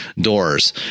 doors